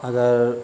اگر